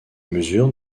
mesures